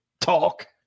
talk